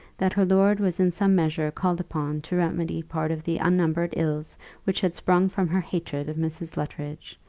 that her lord was in some measure called upon to remedy part of the unnumbered ills which had sprung from her hatred of mrs. luttridge,